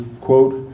quote